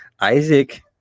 Isaac